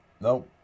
No